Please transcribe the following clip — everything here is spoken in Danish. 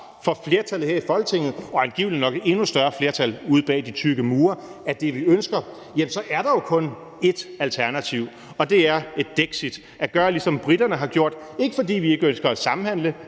for flertallet her i Folketinget, og angiveligt nok et endnu større flertal ude bag de tykke mure, er det, vi ønsker, så er der jo kun ét alternativ, og det er et Dexit, altså at gøre, ligesom briterne har gjort. Og det er ikke, fordi vi ikke ønsker at samhandle,